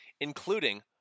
including